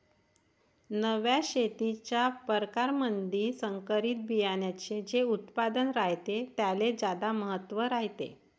नव्या शेतीच्या परकारामंधी संकरित बियान्याचे जे उत्पादन रायते त्याले ज्यादा महत्त्व रायते